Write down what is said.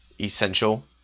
essential